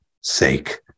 sake